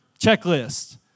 checklist